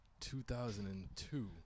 2002